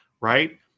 right